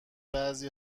بعضی